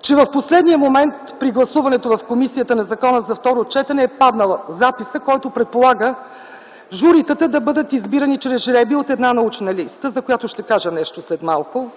че в последния момент при гласуването в комисията на закона за второ четене е паднал записът, който предполага журитата да бъдат избирани чрез жребий от една научна листа, за която ще кажа нещо след малко.